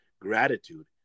gratitude